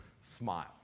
smile